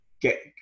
get